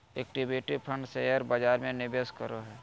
equity fund share बजार में निवेश करो हइ